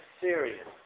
serious